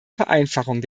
vereinfachung